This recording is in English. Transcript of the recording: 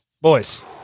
Boys